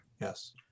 Yes